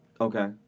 okay